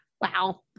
Wow